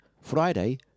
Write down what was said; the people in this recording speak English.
Friday